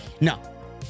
No